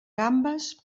gambes